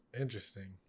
Interesting